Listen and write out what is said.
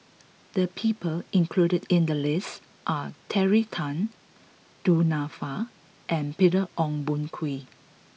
the people included in the list are Terry Tan Du Nanfa and Peter Ong Boon Kwee